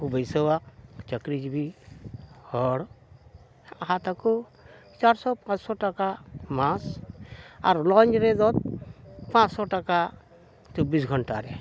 ᱠᱚ ᱵᱟᱹᱭᱥᱟᱹᱣᱟ ᱪᱟᱹᱠᱨᱤ ᱡᱤᱵᱤ ᱦᱚᱲ ᱦᱟᱛ ᱟᱠᱚ ᱪᱟᱨᱥᱚ ᱯᱟᱸᱪᱥᱚ ᱴᱟᱠᱟ ᱢᱟᱥ ᱟᱨ ᱞᱚᱡᱽ ᱨᱮᱫᱚ ᱯᱟᱸᱪᱥᱚ ᱴᱟᱠᱟ ᱪᱚᱵᱵᱤᱥ ᱜᱷᱚᱱᱴᱟ ᱨᱮ